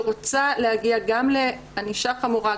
שרוצה להגיע גם לענישה חמורה,